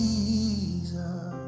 Jesus